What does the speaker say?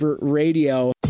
radio